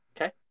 Okay